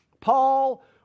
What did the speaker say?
Paul